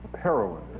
heroin